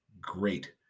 great